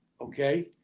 okay